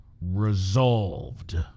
resolved